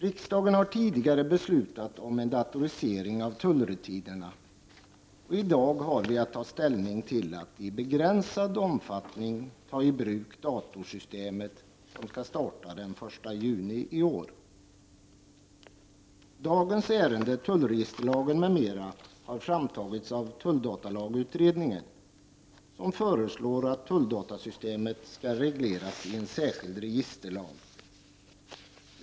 Riksdagen har tidigare beslutat om en datorisering av tullrutinerna, och i dag har vi att ta ställning till att i begränsad omfattning ta i bruk datorsystemet som skall starta den 1 juni i år. Dagens ärende, tullregisterlag m.m., har framtagits av tulldatalagutredningen, som föreslår att tulldatasystemet skall regleras i en särskild register lag.